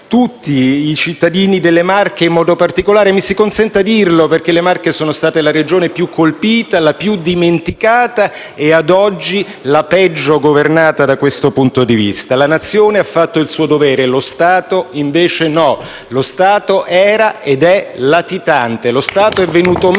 tutti i cittadini e quelli delle Marche in modo particolare (mi si consenta dirlo, perché le Marche sono state la Regione più colpita, la più dimenticata e, ad oggi, la peggio governata da questo punto di vista). La Nazione ha fatto il suo dovere; lo Stato, invece, no. Lo Stato era ed è latitante. *(Applausi dal